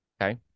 Okay